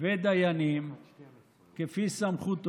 כמו שאומרים,